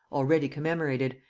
already commemorated,